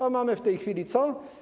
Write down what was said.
A mamy w tej chwili co?